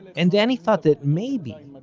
and danny thought that maybe,